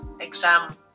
exam